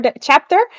chapter